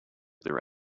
their